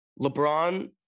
LeBron